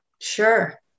Sure